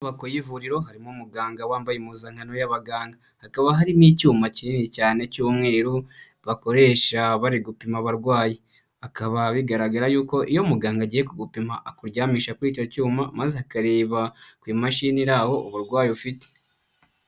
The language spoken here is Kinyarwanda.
Inyubako y'ivuriro, harimo umuganga wambaye impuzankano y'abaganga. Hakaba harimo icyuma kinini cyane cy'umweru, bakoresha bari gupima abarwayi. Akaba bigaragara yuko iyo umuganga agiye kugupima, akuryamisha kuri icyo cyuma, maze akareba ku imashini iri aho, uburwayi ufite.